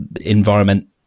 environment